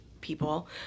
people